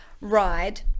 ride